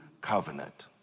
covenant